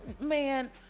Man